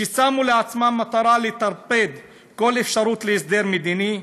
ששמו לעצמן מטרה לטרפד כל אפשרות להסדר מדיני,